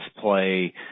play